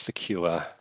secure